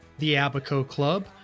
theabacoclub